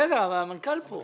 בסדר, אבל המנכ"ל פה.